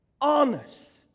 Honest